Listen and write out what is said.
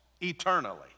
eternally